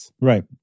Right